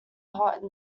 hot